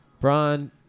Bron